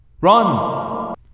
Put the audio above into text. Run